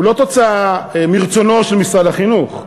הוא לא תוצאה מרצונו של משרד החינוך.